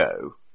go